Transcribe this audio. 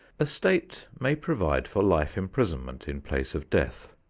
a state may provide for life imprisonment in place of death.